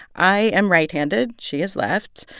i am right-handed she is left.